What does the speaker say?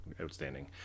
outstanding